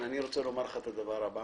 חן, אני רוצה לומר לך את הדבר הבא